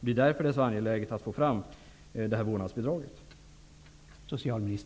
Det är därför det är så angeläget att få fram det här vårdnadsbidraget.